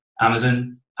Amazon